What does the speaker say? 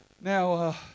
now